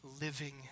living